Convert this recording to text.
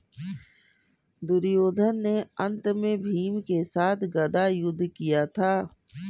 दुर्योधन ने अन्त में भीम के साथ गदा युद्ध किया था